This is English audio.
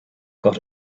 got